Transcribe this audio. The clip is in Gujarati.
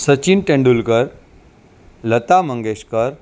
સચિન તેંડુલકર લતા મંગેશકર